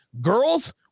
Girls